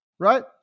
right